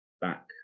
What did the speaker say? back